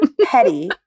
petty